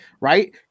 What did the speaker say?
right